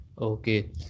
okay